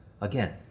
Again